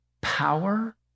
power